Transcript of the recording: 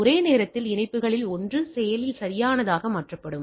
ஒரு நேரத்தில் இணைப்புகளில் ஒன்று செயலில் சரியானதாக மாற்றப்படும்